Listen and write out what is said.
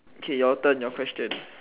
okay your turn your question